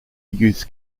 youth